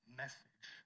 message